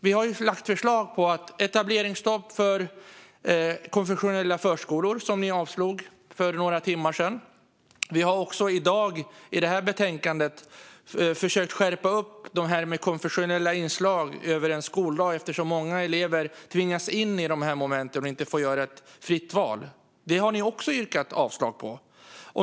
Vi har lagt fram förslag på etableringsstopp för konfessionella förskolor, som ni avslog för några timmar sedan. Vi har i det här betänkandet försökt skärpa det här med konfessionella inslag i skoldagen eftersom många elever tvingas in i de momenten och inte får göra ett fritt val. Det har ni också yrkat avslag på.